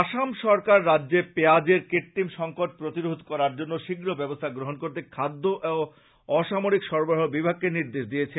আসাম সরকার রাজ্যে পেঁয়াজের কৃত্রিম সঙ্কট প্রতিরোধ করার জন্য শীঘ্র ব্যবস্থা গ্রহণ করতে খাদ্য এবং অসামরিক সরবরাহ বিভাগকে নির্দেশ দিয়েছে